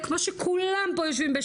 זה נתונים קצרים ואז אנחנו נפסיק אותה,